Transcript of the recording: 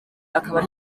akaba